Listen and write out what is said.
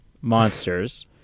Monsters